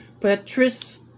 Patrice